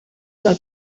del